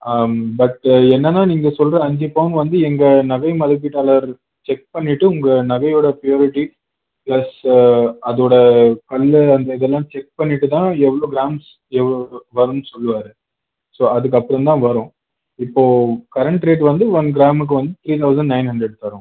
பட்டு என்னென்னா நீங்கள் சொல்கிற அஞ்சு பவுன் வந்து எங்கள் நகை மதிப்பீட்டாளர் செக் பண்ணிட்டு உங்கள் நகையோட பியூரிட்டி ப்ளஸ்ஸு அதோடய கல் அந்த இதெல்லாம் செக் பண்ணிட்டு தான் எவ்வளோ கிராம்ஸ் எவ் வ வரும்னு சொல்லுவார் ஸோ அதுக்கப்புறந்தான் வரும் இப்போது கரெண்ட் ரேட் வந்து ஒன் கிராமுக்கு வந்து த்ரீ தெளசண்ட் நயன் ஹண்ட்ரட் தரோங்க